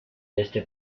este